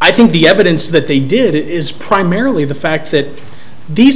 i think the evidence that they did is primarily the fact that these